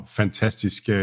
fantastisk